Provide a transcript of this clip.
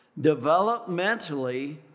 developmentally